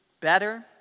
better